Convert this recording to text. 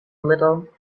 little